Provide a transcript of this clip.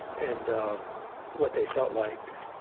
and what they felt like.